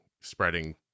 spreading